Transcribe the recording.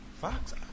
Fox